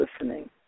listening